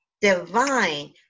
divine